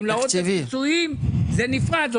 גמלאות ופיצויים זה נפרד.